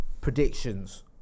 Predictions